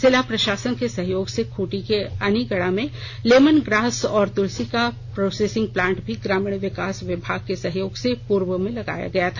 जिला प्रशासन के सहयोग से खूंटी के अनीगड़ा में लेमनग्रास और तुलसी का प्रोसेसिंग प्लांट भी ग्रामीण विकास विभाग के सहयोग से पूर्व में लगाया गया था